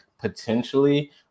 potentially